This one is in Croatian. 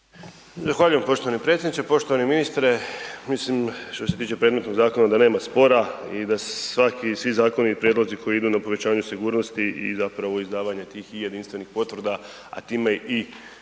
Zahvaljujem poštovani predsjedniče, poštovani ministre. Mislim, što se tiče predmetnog zakona da nema spora i da svaki, svi zakoni koji idu na povećanje sigurnosti i zapravo izdavanje tih i jedinstvenih potvrda, a time i idemo